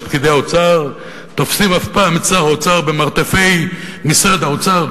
את פקידי האוצר תופסים אף פעם את שר האוצר במרתפי משרד האוצר,